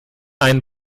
einen